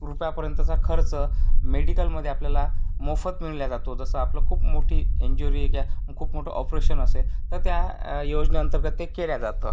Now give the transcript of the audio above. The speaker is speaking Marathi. रुपयापर्यंतचा खर्च मेडिकलमध्ये आपल्याला मोफत मिळाला जातो जसं आपलं खूप मोठी इन्ज्युरी याच्या खूप मोठं ऑपरेशन असेल तर त्या योजने अंतर्गत ते केलं जातं